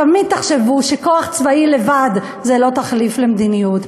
תמיד תחשבו שכוח צבאי לבד זה לא תחליף למדיניות.